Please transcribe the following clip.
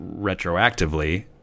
retroactively